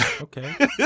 okay